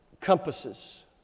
compasses